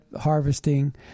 harvesting